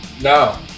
No